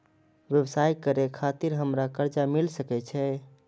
व्यवसाय करे खातिर हमरा कर्जा मिल सके छे?